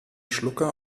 schlucker